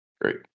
great